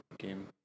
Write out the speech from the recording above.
game